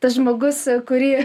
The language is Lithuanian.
tas žmogus kurį